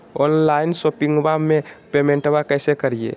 Online शोपिंगबा में पेमेंटबा कैसे करिए?